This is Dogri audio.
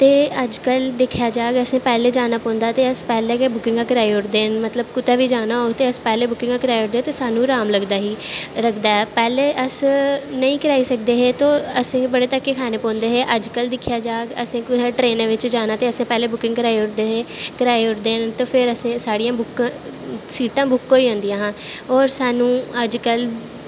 ते अज कल दिक्खेआ जाह्ग असैं पैह्लैं जैनां पौंदा हा अस पैह्लैं गा बुकिंगां कराई ओड़दे न मतलव कुदै बी जाना होग अस पैह्लैं गै बुकिंगां कराई ओड़दे ते तैह्लूं राम लगदा ही पैह्लैं अस मेंई कराई सकदे हे ते असेंगी बड़ा धक्के खानें पौंदे हे ते अज्ज कलदिक्खेआ जाग असैं कुसै ट्रेनैं बिच्च जाना ते अस बुकिंगां कराई ओड़दे हे ते फिर साढ़ियां बुक सीटां बुक होई जंदियां हां और साह्नू अज्ज कल